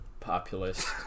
populist